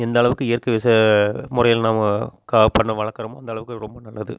எந்தளவுக்கு இயற்கை விவசாய முறையில் நம்ம கா பண்ண வளர்க்குறமோ அந்தளவுக்கு ரொம்ப நல்லது